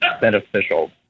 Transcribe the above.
beneficial